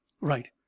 Right